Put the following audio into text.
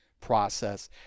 process